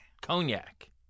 Cognac